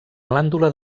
glàndula